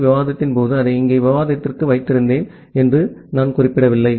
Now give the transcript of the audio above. B விவாதத்தின் போது அதை இங்கே விவாதத்திற்கு வைத்திருந்தேன் என்று நான் குறிப்பிடவில்லை